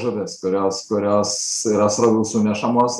žuvis kurios kurios yra srovių sunešamos